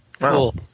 Cool